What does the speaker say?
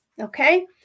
okay